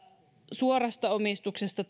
suorasta omistuksesta